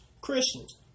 Christians